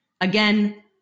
again